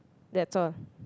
that's all